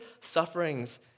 sufferings